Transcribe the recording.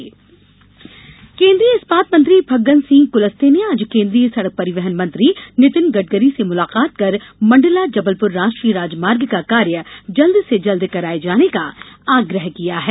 कुलस्ते केन्द्रीय इस्पात मंत्री फग्गन सिंह कुलस्ते ने आज केन्द्रीय सड़क परिवहन मंत्री नितिन गडकरी से मुलाकात कर मण्डला जबलपुर राष्ट्रीय राजमार्ग का कार्य जल्द से जल्द कराये जाने का आग्रह किया है